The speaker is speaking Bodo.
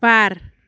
बार